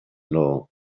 know